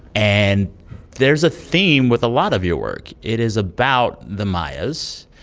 and there's a theme with a lot of your work. it is about the mayas,